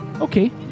okay